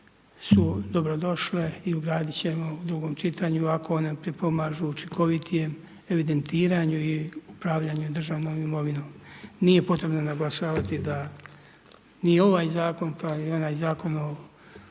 su dobrodošle i ugradit ćemo u drugom čitanju ako one pripomažu učinkovitijem evidentiranju i upravljanju državnom imovinom. Nije potrebno naglašavati da ni ovaj Zakon, pa ni onaj Zakon o